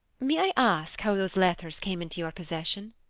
may i ask how those letters came into your possession?